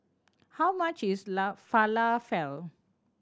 how much is Falafel